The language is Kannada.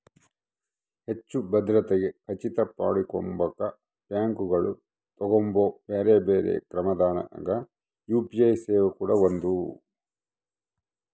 ಹೆಚ್ಚು ಭದ್ರತೆಗೆ ಖಚಿತ ಮಾಡಕೊಂಬಕ ಬ್ಯಾಂಕುಗಳು ತಗಂಬೊ ಬ್ಯೆರೆ ಬ್ಯೆರೆ ಕ್ರಮದಾಗ ಯು.ಪಿ.ಐ ಸೇವೆ ಕೂಡ ಒಂದು